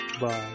bye